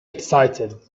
excited